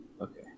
Okay